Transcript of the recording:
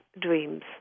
dreams